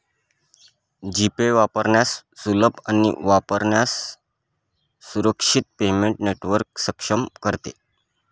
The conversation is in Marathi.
जी पे वापरण्यास सुलभ आणि वापरण्यास सुरक्षित पेमेंट नेटवर्क सक्षम करते